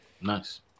nice